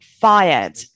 fired